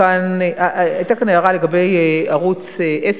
היתה כאן הערה לגבי ערוץ-10,